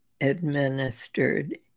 administered